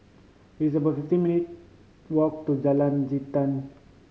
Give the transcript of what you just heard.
it's about fifteen minute walk to Jalan Jintan